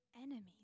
enemies